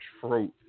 truth